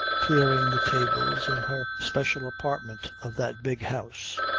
clearing the tables in her special apartment of that big house,